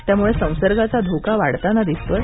त्यामुळं संसर्गाचा धोका वाढताना दिसत आहे